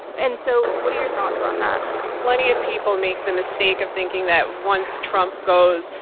and so what are your thoughts on that? plenty of people make the mistake of thinking that once trump goes,